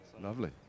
Lovely